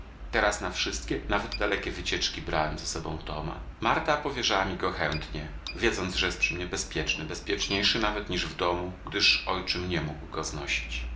teraz na wszystkie nawet dalekie wycieczki brałem ze sobą toma marta powierzała mi go chętnie wiedząc że jest przy mnie bezpieczny bezpieczniejszy nawet niż w domu gdyż ojczym nie